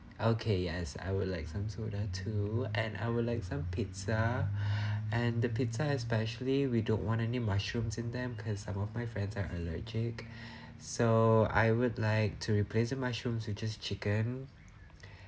okay yes I would like some soda too and I would like some pizza and the pizza especially we don't want any mushrooms in them because some of my friends are allergic so I would like to replace of mushrooms to just chicken